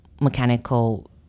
mechanical